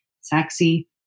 sexy